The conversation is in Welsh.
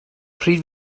pryd